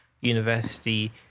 university